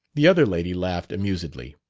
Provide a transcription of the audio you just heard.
the other lady laughed amusedly.